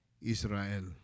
Israel